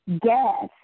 gas